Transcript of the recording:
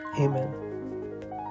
Amen